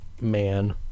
man